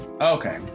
Okay